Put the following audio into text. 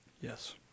Yes